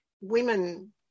women